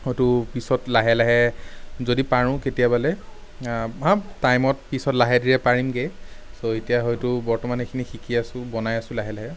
হয়তো পিছত লাহে লাহে যদি পাৰোঁ কেতিয়াবালে টাইমত পিছত লাহে ধীৰে পাৰিমগে চ' এতিয়া হয়তো বৰ্তমান এইখিনি শিকি আছোঁ বনাই আছোঁ লাহে লাহে